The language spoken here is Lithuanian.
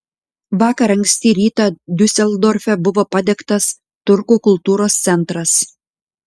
vakar anksti rytą diuseldorfe buvo padegtas turkų kultūros centras